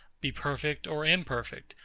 be perfect or imperfect,